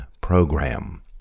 program